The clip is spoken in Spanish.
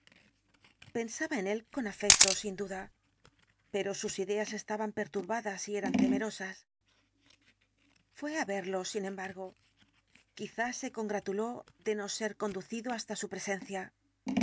pensaba en él con afecto sin duda pero sus ideas estaban perturbadas y eran temerosas fué á verlo sin embargo quizá se congratuló de no ser conducido hasta su presencia